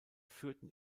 führten